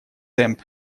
темп